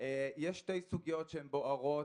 סוגיות שהן בוערות,